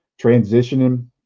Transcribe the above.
transitioning